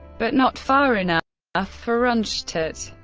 but not far enough ah for rundstedt.